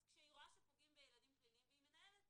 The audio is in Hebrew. אז כשהיא רואה שפוגעים בילדים והיא מנהלת